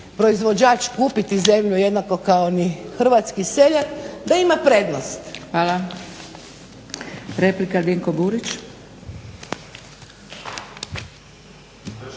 proizvođač kupiti zemlju jednako kao ni hrvatski seljak, da ima prednost. **Zgrebec, Dragica